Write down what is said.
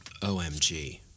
OMG